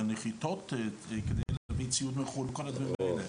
הנחיתות כדי להביא ציוד מחוץ-לארץ וכל הדברים האלה.